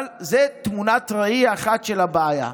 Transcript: אבל זו תמונת ראי אחת של הבעיה.